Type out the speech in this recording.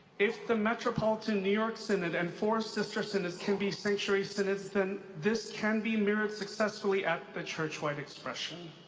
if the metropolitan new york synod and four sister synods can be sanctuary synods, then this can be mirrored successfully at the churchwide expression.